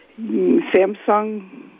Samsung